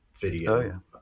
video